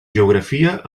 geografia